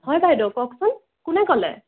হয় বাইদেউ কওঁকচোন কোনে ক'লে